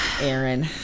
aaron